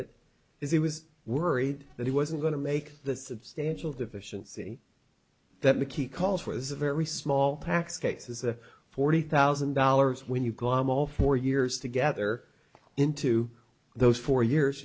it is he was worried that he wasn't going to make the substantial deficiency that mickey calls for is a very small tax case is forty thousand dollars when you go i'm all four years together into those four years